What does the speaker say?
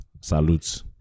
salutes